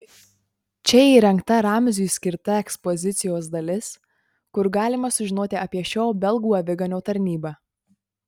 čia įrengta ramziui skirta ekspozicijos dalis kur galima sužinoti apie šio belgų aviganio tarnybą